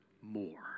more